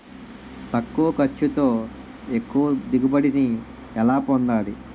తక్కువ ఖర్చుతో ఎక్కువ దిగుబడి ని ఎలా పొందాలీ?